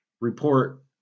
report